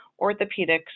orthopedics